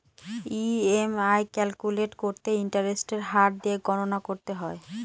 EMI calculate করতে ইন্টারেস্টের হার দিয়ে গণনা করতে হয়